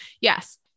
Yes